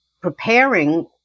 preparing